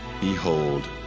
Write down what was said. Behold